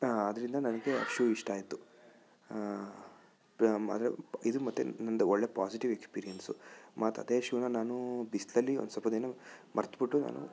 ಆದ್ದರಿಂದ ನನಗೆ ಶೂ ಇಷ್ಟ ಆಯ್ತು ಅದರ ಇದು ಮತ್ತೆ ನಂದು ಒಳ್ಳೆ ಪಾಸಿಟಿವ್ ಎಕ್ಸ್ಪೀರಿಯನ್ಸ್ ಮತ್ತದೇ ಶೂನ ನಾನು ಬಿಸಿಲಲ್ಲಿ ಒಂದು ಸ್ವಲ್ಪ ದಿನ ಮರೆತ್ಬಿಟ್ಟು ನಾನು